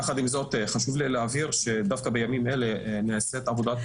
יחד עם זאת חשוב לי להבהיר שדווקא בימים אלה נעשית עבודת